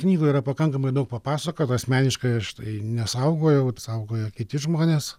knygoj yra pakankamai daug papasakota asmeniškai aš tai nesaugojau apsaugojo kiti žmonės